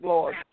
Lord